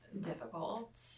difficult